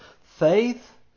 Faith